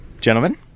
gentlemen